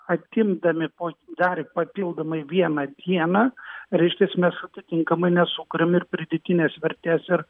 atimdami po dar papildomai vieną dieną reiškias mes atitinkmai nesukuriam ir pridėtinės vertės ir